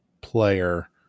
player